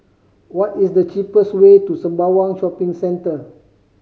what is the cheapest way to Sembawang Shopping Centre